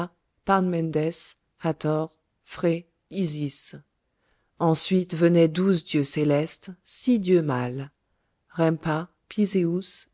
phré isis ensuite venaient douze dieux célestes six dieux mâles